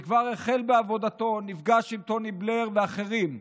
יש פערים גדולים.